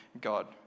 God